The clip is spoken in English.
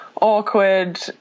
awkward